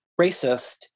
racist